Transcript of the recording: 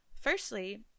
Firstly